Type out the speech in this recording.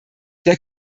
der